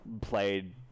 played